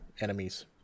enemies